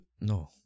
No